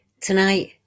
Tonight